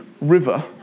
river